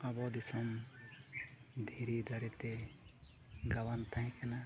ᱟᱵᱚ ᱫᱤᱥᱚᱢ ᱫᱷᱤᱨᱤ ᱫᱟᱨᱮ ᱛᱮ ᱜᱟᱵᱟᱱ ᱛᱟᱦᱮᱸ ᱠᱟᱱᱟ